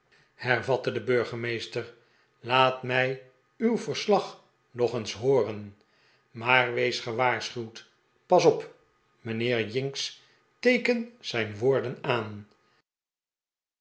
hervatte de burgemeester laat mij uw verslag nog eens hooren maar wees gewaarschuwd pas op mijnheer jinks teeken zijn woorden aan